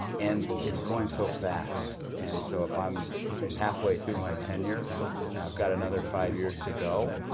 and it's going so fast. and so if i'm halfway through my tenure and i've got another five years to go,